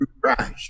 Christ